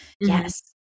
Yes